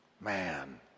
Man